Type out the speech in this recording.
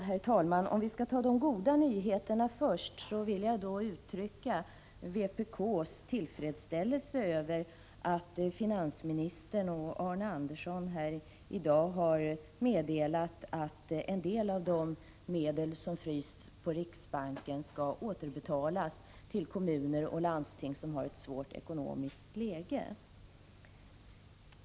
Herr talman! För att ta de goda nyheterna först vill jag börja med att uttrycka vpk:s tillfredsställelse över att finansministern och Arne Andersson i Gamleby här i dag har meddelat att en del av de medel som frysts hos riksbanken skall återbetalas till kommuner och landsting som har ett svårt ekonomiskt läge.